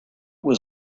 was